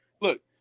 look